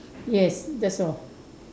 yes that's all